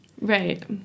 Right